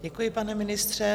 Děkuji, pane ministře.